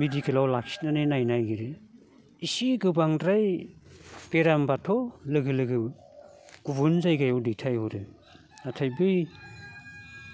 मेडिकेलाव लाखिनानै नायनो नागिरो एसे गोबांद्राय बेरामब्लाथ' लोगो लोगो गुबुन जायगायाव दैथायहरो नाथाय बि